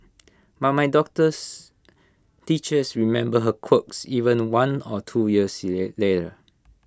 but my daughter's teachers remember her quirks even one or two years later